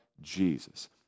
Jesus